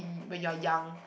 when you are young